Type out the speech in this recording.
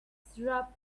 syrup